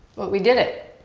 but we did it.